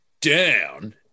down